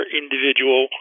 individual